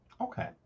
Okay